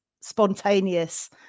spontaneous